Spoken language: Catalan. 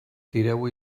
tireu